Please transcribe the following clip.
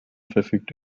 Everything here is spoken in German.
verfügt